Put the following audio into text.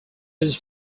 his